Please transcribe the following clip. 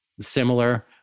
similar